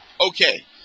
Okay